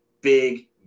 big